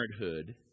Parenthood